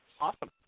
Awesome